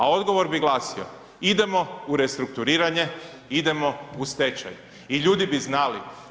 A odgovor bi glasio, idemo u restrukturiranje, idemo u stečaj i ljudi bi znali.